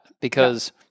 because-